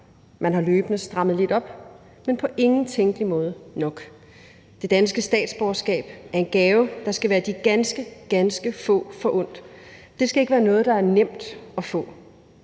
Man har løbende strammet lidt op, men på ingen tænkelig måde nok. Det danske statsborgerskab er en gave, der skal være de ganske, ganske få forundt. Det skal ikke være noget, der er nemt at få.